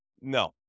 no